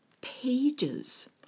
Pages